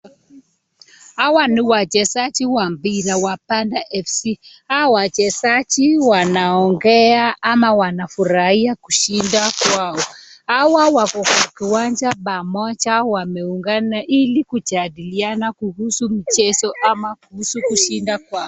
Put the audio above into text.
Hawa ni wachezaji wa mpira wa bandari fc. Hawa wachezaji wanaongea ama wanafurahia kushinda kwao. Hawa wako kiwanja pamoja wameungana ili kujadiliana kuhusu mchezo ama kuhusu kushinda kwao.